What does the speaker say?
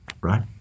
Right